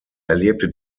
erlebte